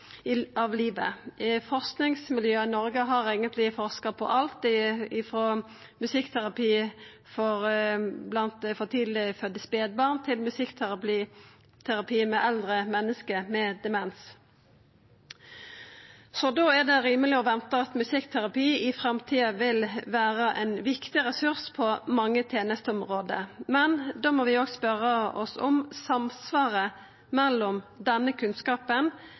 fasar av livet. Forskingsmiljøa i Noreg har eigentleg forska på alt frå musikkterapi blant for tidleg fødde spedbarn til musikkterapi for eldre menneske med demens. Da er det rimeleg å venta at musikkterapi i framtida vil vera ein viktig ressurs på mange tenesteområde, men da må vi òg spørja oss om samsvaret mellom denne kunnskapen